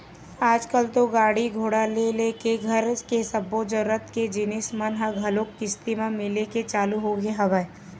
आजकल तो गाड़ी घोड़ा ले लेके घर के सब्बो जरुरत के जिनिस मन ह घलोक किस्ती म मिले के चालू होगे हवय